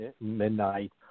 midnight